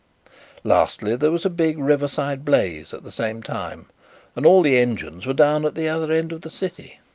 lastly, there was a big riverside blaze at the same time and all the engines were down at the other end of the city.